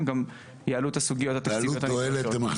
גם יעלו את הסוגיות התקציביות הנדרשות.